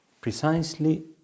precisely